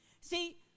See